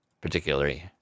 particularly